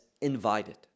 invited